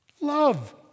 Love